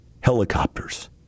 helicopters